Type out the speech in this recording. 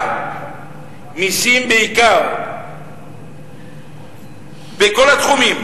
מעלה מסים בכל התחומים.